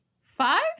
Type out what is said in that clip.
five